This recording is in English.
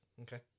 okay